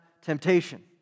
temptation